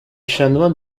chanoines